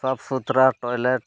toilet